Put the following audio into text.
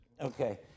Okay